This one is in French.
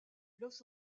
los